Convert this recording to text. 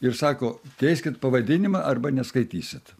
ir sako keiskit pavadinimą arba neskaitysit